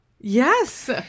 Yes